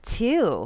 two